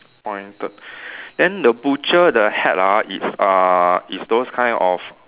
pointed then the butcher the hat ah is uh is those kind of